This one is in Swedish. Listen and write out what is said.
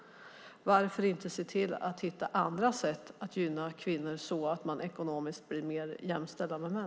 Varför inte se till att hitta andra sätt att gynna kvinnor, så att de blir mer ekonomiskt jämställda med män?